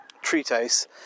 Treatise